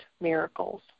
miracles